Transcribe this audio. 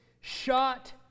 shot